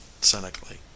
cynically